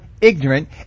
ignorant